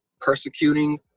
persecuting